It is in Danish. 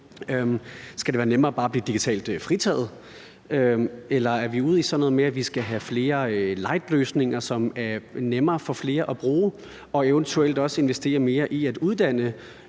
Skal det være nemmere bare at blive digitalt fritaget? Eller er vi ude i sådan noget med, at vi skal have flere light-løsninger, som er nemmere for flere at bruge, og eventuelt også investere mere i at uddanne,